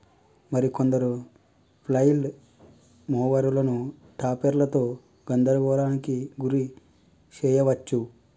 మరి కొందరు ఫ్లైల్ మోవరులను టాపెర్లతో గందరగోళానికి గురి శెయ్యవచ్చు